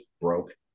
broke